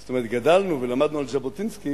זאת אומרת גדלנו ולמדנו על ז'בוטינסקי